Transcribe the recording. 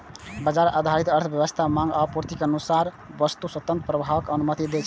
बाजार आधारित अर्थव्यवस्था मांग आ आपूर्तिक अनुसार वस्तुक स्वतंत्र प्रवाहक अनुमति दै छै